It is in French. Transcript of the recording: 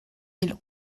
mille